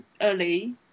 early